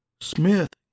Smith